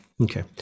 Okay